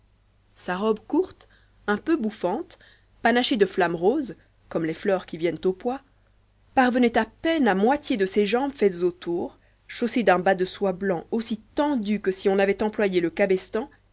sa robe courte un peu bouffante panachée de flammes roses comme les fleurs qui viennent aux pois parvenait ai peine à moitié de ses jambes faites au tou chaussées d'un bas de soie blanc aussi tendu que si on y avait employé le cabestan